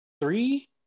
three